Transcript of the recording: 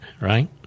right